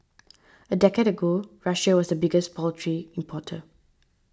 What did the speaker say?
a decade ago Russia was the biggest poultry importer